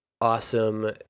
awesome